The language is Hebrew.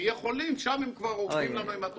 כשנהיה חולים שם הם כבר עומדים לנו עם התרופות.